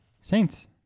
Saints